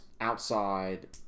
outside